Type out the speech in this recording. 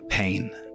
Pain